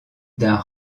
d’un